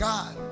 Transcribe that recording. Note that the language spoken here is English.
God